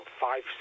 five